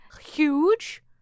huge